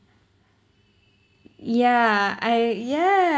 ya I ya